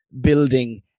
building